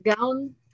gown